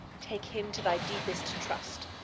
take him to thy deepest trust,